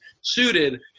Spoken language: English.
suited